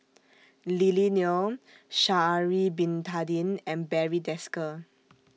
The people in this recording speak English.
Lily Neo Sha'Ari Bin Tadin and Barry Desker